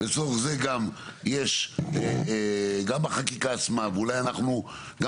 לצורך זה גם יש גם החקיקה עצמה ואולי אנחנו גם